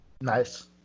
Nice